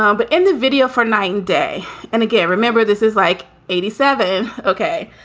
um but in the video for nine day and again, remember, this is like eighty seven. ok.